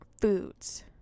foods